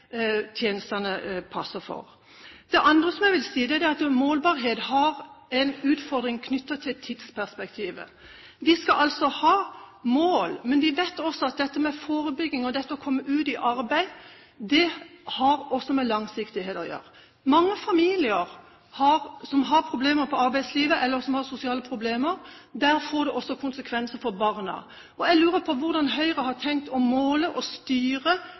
passer for. Det andre jeg vil si, er at målbarhet har en utfordring knyttet til tidsperspektivet. Vi skal altså ha mål, men vi vet også at det med forebygging og det å komme ut i arbeid har med langsiktighet å gjøre. I mange familier som har problemer med arbeidslivet, eller som har sosiale problemer, får det også konsekvenser for barna. Jeg lurer på hvordan Høyre har tenkt å måle og styre